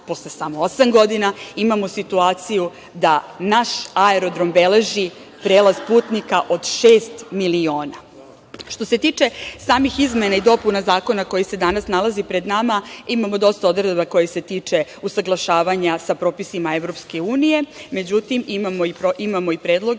posle samo osam godina, imamo situaciju da naš aerodrom beleži prevoz putnika od šest miliona. Što se tiče samih izmena i dopuna zakona koji se danas nalazi pred nama, imamo dosta odredaba koje se tiču usaglašavanja sa propisima EU. Međutim, imamo i predloge